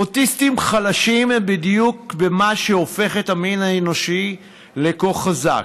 אוטיסטים חלשים בדיוק במה שהופך את המין האנושי לכה חזק: